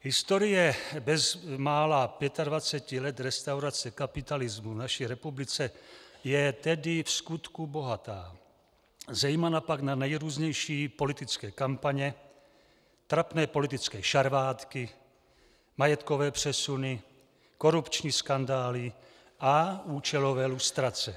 Historie bezmála pětadvaceti let restaurace kapitalismu v naší republice je tedy vskutku bohatá, zejména pak na nejrůznější politické kampaně, trapné politické šarvátky, majetkové přesuny, korupční skandály a účelové lustrace.